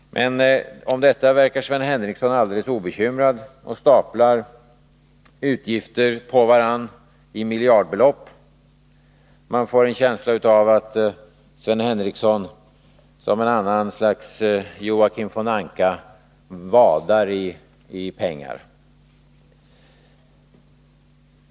Men om detta verkar Sven Henricsson alldeles obekymrad och staplar utgifter på varandra i miljardbelopp. Man får en känsla av att Sven Henricsson som en annan Joakim von Anka vadar i pengar.